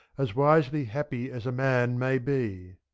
as wisely happy as a man may be.